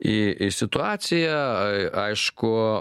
į į situaciją a aišku